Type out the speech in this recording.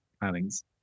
plannings